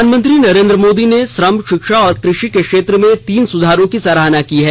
प्रधानमंत्री नरेंद्र मोदी ने श्रम शिक्षा और कृषि के क्षेत्र में तीन सुधारों की सराहना की है